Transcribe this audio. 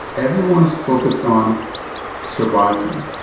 everyone is focused on surviving.